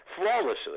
flawlessly